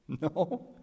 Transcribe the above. No